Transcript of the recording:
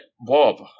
Bob